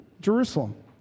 Jerusalem